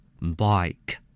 Bike